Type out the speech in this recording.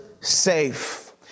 safe